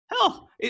hell